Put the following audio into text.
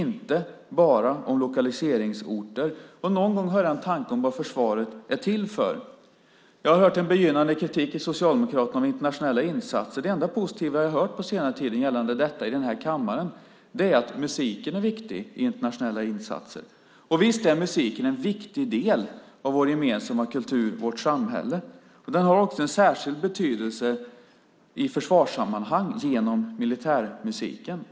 Jag skulle någon gång vilja höra en tanke om vad försvaret är till för och inte bara om lokaliseringsorter. Jag har hört en begynnande kritik från Socialdemokraterna angående internationella insatser. Det enda positiva jag har hört på senare tid gällande detta i den här kammaren är att musiken är viktig i internationella insatser. Visst är musiken en viktig del av vår gemensamma kultur och vårt samhälle. Den har också en särskild betydelse i försvarssammanhang genom militärmusiken.